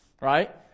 Right